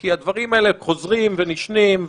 כי הדברים האלה חוזרים ונשנים,